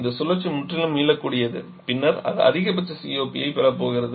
இந்த சுழற்சி முற்றிலும் மீளக்கூடியது பின்னர் அது அதிகபட்ச COP ஐப் பெறப்போகிறது